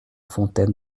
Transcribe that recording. fontaine